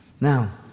Now